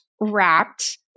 wrapped